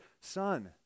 son